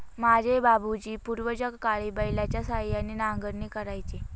माझे बाबूजी पूर्वीच्याकाळी बैलाच्या सहाय्याने नांगरणी करायचे